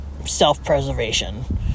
Self-preservation